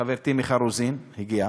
חברתי מיכל רוזין הגיעה,